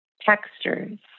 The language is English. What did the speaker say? textures